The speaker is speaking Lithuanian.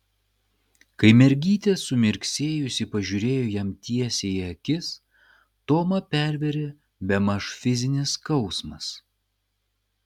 kai mergytė sumirksėjusi pažiūrėjo jam tiesiai į akis tomą pervėrė bemaž fizinis skausmas